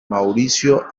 mauricio